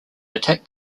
attack